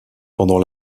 pendant